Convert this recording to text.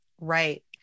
Right